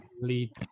lead